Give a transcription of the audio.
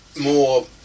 more